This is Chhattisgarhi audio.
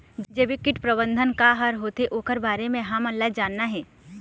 जैविक कीट प्रबंधन का हर होथे ओकर बारे मे हमन ला जानना हे?